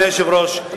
אדוני היושב-ראש,